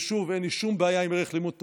ושוב, אין לי שום בעיה עם ערך לימוד תורה.